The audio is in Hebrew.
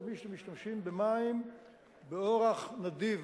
למי שמשתמשים במים באורח נדיב,